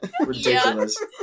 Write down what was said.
Ridiculous